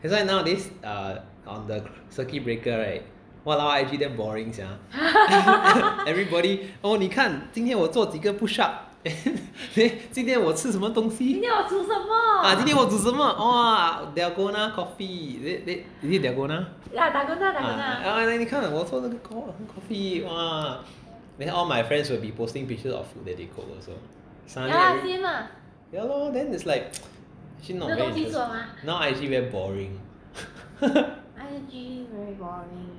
that's why nowadays err the circuit breaker right !walao! I_G damn boring sia everybody oh 你看今天我做几个 push up then 今天我吃什么东西 ah 今天我煮什么 ah dalgona coffee is it it is it dalgona ah 你看我做 coffee !wah! then all my friends will be posting pictures of food that they cook also suddenly everybody ya lor then is like actually not very interesting now I_G very boring